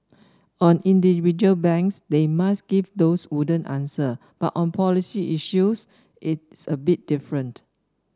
on individual banks they must give those wooden answer but on policy issues it's a bit different